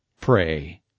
Pray